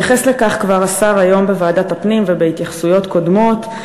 כבר התייחס לכך השר היום בוועדת הפנים ובהתייחסויות קודמות.